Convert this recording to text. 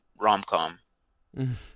rom-com